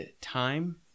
time